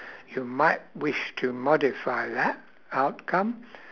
you might wish to modify that outcome